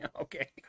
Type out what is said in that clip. Okay